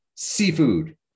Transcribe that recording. Seafood